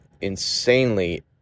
insanely